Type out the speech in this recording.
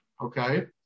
Okay